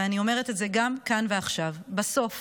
ואני אומרת את זה גם כאן ועכשיו: בסוף